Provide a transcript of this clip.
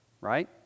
right